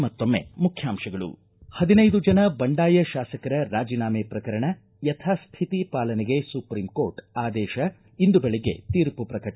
ಕೊನೆಯಲ್ಲಿ ಮತ್ತೊಮ್ಮೆ ಮುಖ್ಯಾಂಶಗಳು ಹದಿನೈದು ಜನ ಬಂಡಾಯ ಶಾಸಕರ ರಾಜಿನಾಮೆ ಪ್ರಕರಣ ಯಥಾಸ್ಥಿತಿ ಪಾಲನೆಗೆ ಸುಪ್ರೀಂಕೋರ್ಟ್ ಆದೇಶ ಇಂದು ಬೆಳಿಗ್ಗೆ ತೀರ್ಮ ಪ್ರಕಟ